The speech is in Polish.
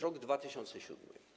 Rok 2007.